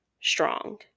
strong